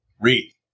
Read